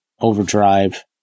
overdrive